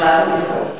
החלפנו כיסאות.